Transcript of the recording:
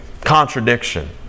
contradiction